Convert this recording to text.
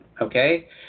okay